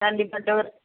கண்டிப்பாக